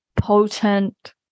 potent